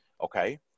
okay